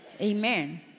Amen